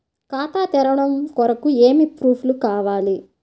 ఖాతా తెరవడం కొరకు ఏమి ప్రూఫ్లు కావాలి?